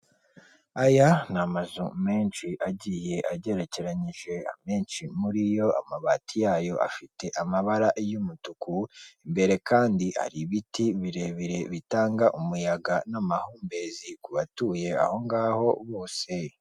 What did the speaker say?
Aya ni amazu menshi agiye agerekeranyije, amenshi muriyo, amabati yayo afite amabara y'umutuku, imbere kandi hari ibiti birebire bitanga umuyaga n'amahumbezi kubatuye aho ngaho bose.